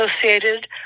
associated